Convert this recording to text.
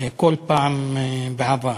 אי-פעם בעבר.